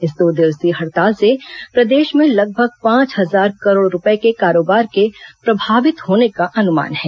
इस दो दिवसीय हड़ताल से प्रदेश में लगभग पांच हजार करोड़ रूपये के कारोबार के प्रभावित होने का अनुमान है